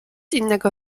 innego